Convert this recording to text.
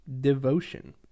Devotion